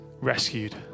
rescued